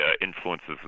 influences